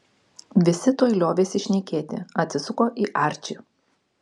visi tuoj liovėsi šnekėti atsisuko į arčį